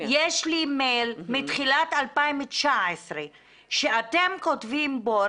יש לי מייל מתחילת 2019 שאתם כותבים בו,